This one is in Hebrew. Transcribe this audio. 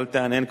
אל תהנהן,